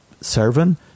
servant